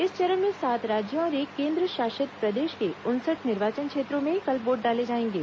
इस चरण में सात राज्यों और एक केन्द्र शासित प्रदेश के उनसठ निर्वाचन क्षेत्रों में कल वोट डाले जाएंगे